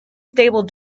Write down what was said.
stable